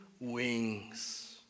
wings